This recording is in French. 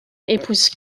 épouse